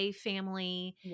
family